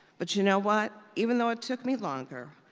but you know what? even though it took me longer,